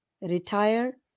retire